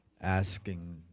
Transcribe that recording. asking